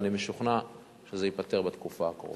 ואני משוכנע שזה ייפתר בתקופה הקרובה.